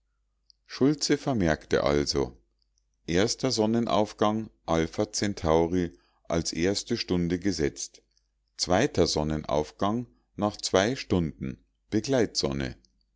schultze vermerkte also erster sonnenaufgang alpha centauri als erste stunde gesetzt zweiter sonnenaufgang nach zwei stunden